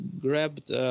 grabbed